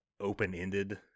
open-ended